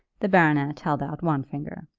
the baronet held out one finger.